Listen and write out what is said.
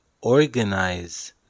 organize